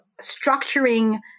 structuring